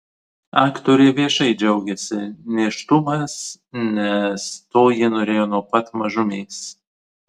aktorė viešai džiaugiasi nėštumas nes to ji norėjo nuo pat mažumės